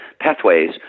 pathways